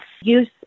use